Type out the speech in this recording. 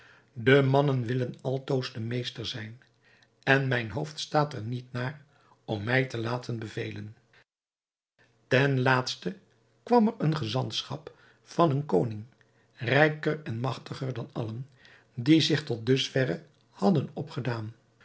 de mannen willen altoos de meesters zijn en mijn hoofd staat er niet naar om mij te laten bevelen ten laatste kwam er een gezantschap van een koning rijker en magtiger dan allen die zich tot dus verre hadden opgedaan